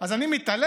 אז אני מתעלם?